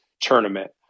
tournament